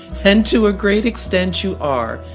and to a great extent you are,